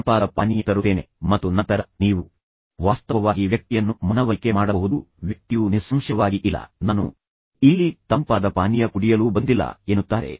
ತದನಂತರ ನಾನು ಸ್ವಲ್ಪ ಕಾಫಿಯನ್ನು ಆರ್ಡರ್ ಮಾಡುತ್ತೇನೆ ಅಥವಾ ನಾನು ನಿಮಗಾಗಿ ಸ್ವಲ್ಪ ತಂಪಾದ ಪಾನೀಯವನ್ನು ತರುತ್ತೇನೆ ಮತ್ತು ನಂತರ ನೀವು ವಾಸ್ತವವಾಗಿ ವ್ಯಕ್ತಿಯನ್ನು ಮನವರಿಕೆ ಮಾಡಬಹುದು ವ್ಯಕ್ತಿಯು ನಿಸ್ಸಂಶಯವಾಗಿ ಇಲ್ಲ ನಾನು ಇಲ್ಲಿ ಚಹಾ ಅಥವಾ ತಂಪಾದ ಪಾನೀಯವನ್ನು ಕುಡಿಯಲು ಬಂದಿಲ್ಲ ಎನ್ನುತ್ತಾರೆ